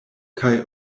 kaj